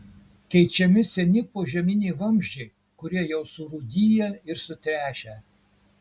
keičiami seni požeminiai vamzdžiai kurie jau surūdiję ir sutręšę